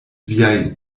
viaj